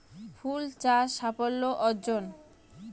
ফুল চাষ সাফল্য অর্জন?